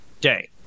day